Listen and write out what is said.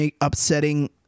upsetting